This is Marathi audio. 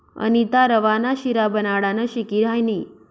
अनीता रवा ना शिरा बनाडानं शिकी हायनी